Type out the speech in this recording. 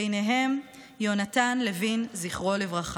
ובהם יהונתן לוין, זכרו לברכה.